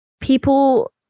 people